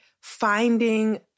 finding